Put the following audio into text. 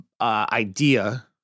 idea